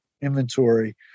inventory